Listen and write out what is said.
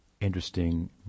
interesting